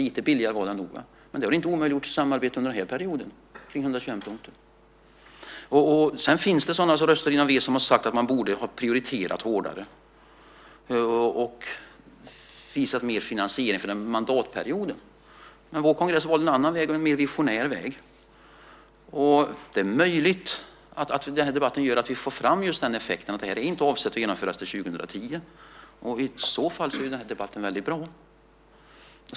Den var nog lite billigare, men det har inte omöjliggjort samarbete under den perioden kring 121 punkter. Sedan finns det sådana som röstar inom v som har sagt att man borde ha prioriterat hårdare och visat mer finansiering för mandatperioden. Men vår kongress valde en annan väg och en mer visionär väg. Det är möjligt att den här debatten gör att vi får fram just effekten att det här inte är avsett att genomföras till 2010, och i så fall är den här debatten väldigt bra.